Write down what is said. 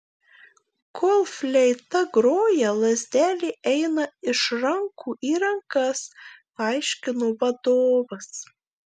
kol fleita groja lazdelė eina iš rankų į rankas paaiškino vadovas